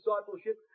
discipleship